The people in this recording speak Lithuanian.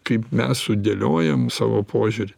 kaip mes sudėliojam savo požiūrį